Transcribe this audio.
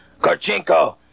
Korchenko